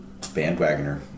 Bandwagoner